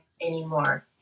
anymore